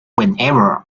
whenever